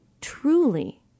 truly